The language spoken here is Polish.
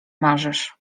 marzysz